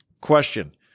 Question